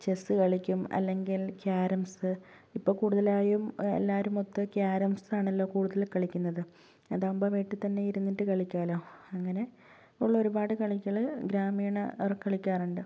chess കളിക്കും അല്ലെങ്കിൽ carroms ഇപ്പോൾ കൂടുതലായും എല്ലാവരും മൊത്തം ക്യാരംസാണല്ലോ കൂടുതൽ കളിക്കുന്നത് അതാകുമ്പോൾ വീട്ടിൽ തന്നെ ഇരുന്നിട്ട് കളിക്കാലോ അങ്ങനെയുള്ള ഒരുപാട് കളികള് ഗ്രാമീണറ് കളിക്കാറുണ്ട്